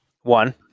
One